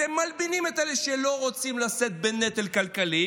אתם מלבינים את אלה שלא רוצים לשאת בנטל הכלכלי.